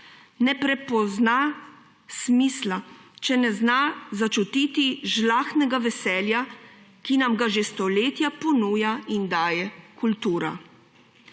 ne prepozna smisla, če ne zna začutiti žlahtnega veselja, ki nam ga že stoletja ponuja in daje kultura.«